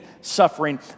suffering